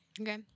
Okay